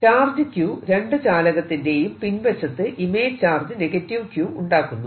charge Q രണ്ടു ചാലകത്തിന്റെയും പിൻവശത്ത് ഇമേജ് ചാർജ് Q ഉണ്ടാക്കുന്നു